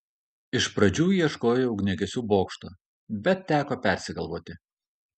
iš pradžių ieškojau ugniagesių bokšto bet teko persigalvoti